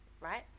Right